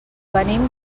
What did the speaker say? venim